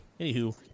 anywho